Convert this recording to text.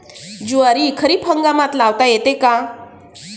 ज्वारी खरीप हंगामात लावता येते का?